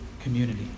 community